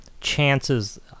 chances